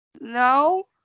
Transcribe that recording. no